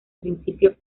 principio